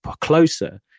closer